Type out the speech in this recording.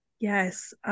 Yes